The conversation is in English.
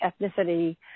ethnicity